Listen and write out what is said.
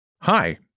Hi